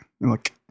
Look